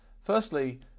Firstly